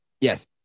yes